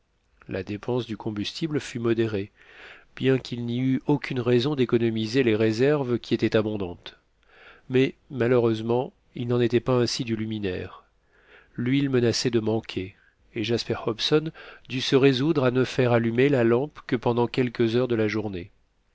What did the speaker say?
la dépense du combustible fut modérée bien qu'il n'y eût aucune raison d'économiser les réserves qui étaient abondantes mais malheureusement il n'en était pas ainsi du luminaire l'huile menaçait de manquer et jasper hobson dut se résoudre à ne faire allumer la lampe que pendant quelques heures de la journée